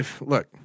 Look